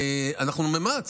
אנחנו במאמץ,